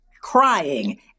crying